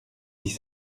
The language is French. dix